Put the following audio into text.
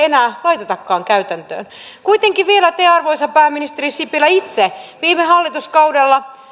enää laitetakaan käytäntöön kuitenkin vielä te arvoisa pääministeri sipilä itse viime hallituskaudella